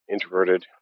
introverted